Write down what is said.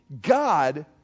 God